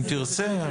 אני מבקש לבוא איתך.